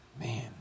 Man